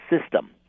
system